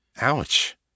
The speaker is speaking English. Ouch